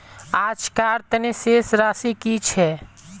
आजकार तने शेष राशि कि छे?